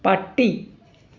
പട്ടി